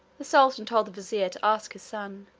the sultan told the vizier to ask his son,